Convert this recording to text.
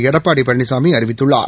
எடப்பாடி பழனிசாமி அறிவித்துள்ளார்